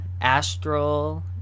Astral